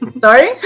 Sorry